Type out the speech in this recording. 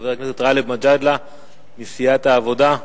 חבר הכנסת גאלב מג'אדלה מסיעת העבודה.